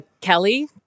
Kelly